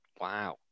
Wow